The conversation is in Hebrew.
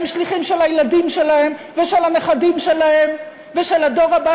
הם שליחים של הילדים שלהם ושל הנכדים שלהם ושל הדור הבא